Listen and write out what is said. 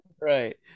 Right